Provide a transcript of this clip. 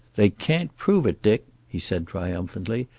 they can't prove it, dick, he said triumphantly.